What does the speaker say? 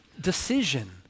decision